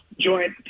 joint